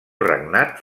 regnat